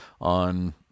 on